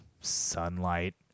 sunlight